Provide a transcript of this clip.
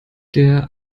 der